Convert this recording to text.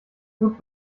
gut